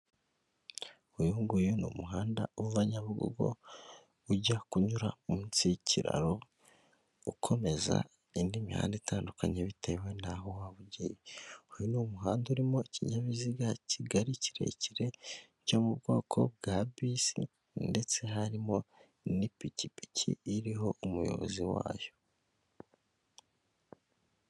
Uyu nguyu ni umuhanda uva Nyabugogo ujya kunyura munsi y'ikiraro ukomeza indi mihanda itandukanye bitewe n'aho wagiye uyu ni umuhanda urimo ikinyabiziga kigari kirekire cyo mu bwoko bwa bisi ndetse harimo n'ipikipiki iriho umuyobozi wayo.